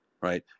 right